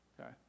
okay